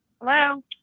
Hello